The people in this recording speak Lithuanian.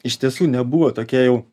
iš tiesų nebuvo tokie jau